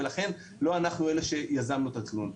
ולכן לא אנחנו הם אלה שיזמנו את התכנון.